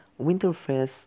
Winterfest